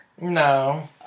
No